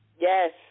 Yes